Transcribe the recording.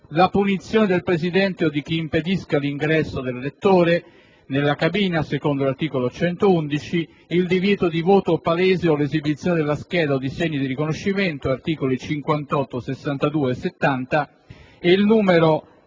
la punizione del presidente del seggio o di chiunque impedisca l'ingresso dell'elettore nella cabina (articolo 111); il divieto di voto palese o l'esibizione della scheda o di segni di riconoscimento (articoli 58, 62 e 70); il numero